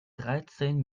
dreizehn